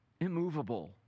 immovable